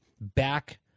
back